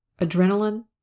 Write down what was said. adrenaline